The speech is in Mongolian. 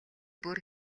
бүр